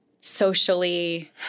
socially